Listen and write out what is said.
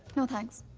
no thanks.